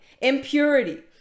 impurity